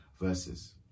verses